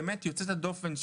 באמת יוצאת הדופן,